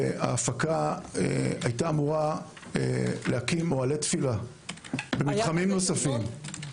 ההפקה הייתה אמורה להקים אוהלי תפילה במתחמים נוספים.